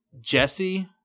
jesse